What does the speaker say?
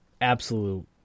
absolute